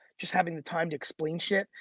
just having the time to explain shit.